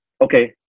okay